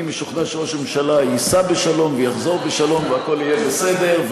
אני משוכנע שראש הממשלה ייסע בשלום ויחזור בשלום והכול יהיה בסדר,